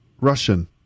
russian